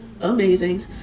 amazing